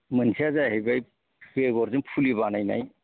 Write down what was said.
मोनसेआ जाहैबाय बेगरजों फुलि बानायनाय